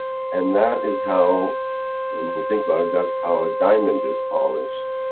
and that is how. when you think about it that's how a diamond is polished.